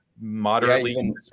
moderately